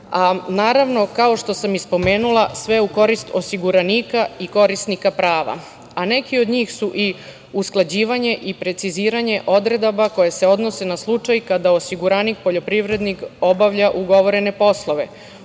a naravno, kao što sam i spomenula, sve u korist osiguranika i korisnika prava, a neki od njih su i usklađivanje i preciziranje odredaba koje se odnose na slučaj kada osiguranik poljoprivrednik obavlja ugovorene poslove,